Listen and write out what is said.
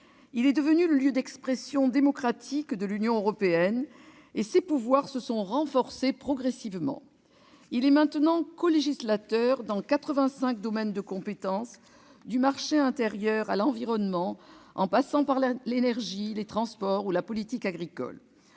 Il est devenu le lieu d'expression démocratique de l'Union européenne et ses pouvoirs se sont renforcés progressivement : il est maintenant colégislateur dans quatre-vingt-cinq domaines de compétence allant du marché intérieur à l'environnement, en passant par l'énergie, les transports ou la politique agricole.